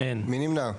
מי נמנע?